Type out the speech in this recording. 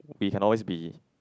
we can always be